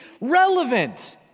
relevant